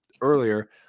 earlier